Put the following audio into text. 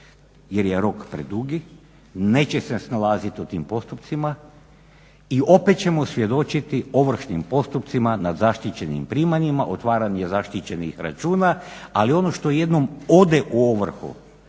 jer je rok predugi, neće se snalazit u tim postupcima i opet ćemo svjedočiti ovršnim postupcima nad zaštićenim primanjima, otvaranje zaštićenih računa, ali ono što jednom ode u ovrhu,